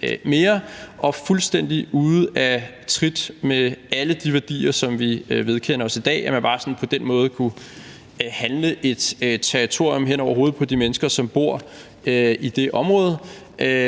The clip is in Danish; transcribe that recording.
det er fuldstændig ude af trit med alle de værdier, som vi vedkender os i dag, at man bare på den måde kunne handle et territorium hen over hovedet på de mennesker, som boede i det område,